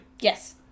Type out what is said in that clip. Yes